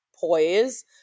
poise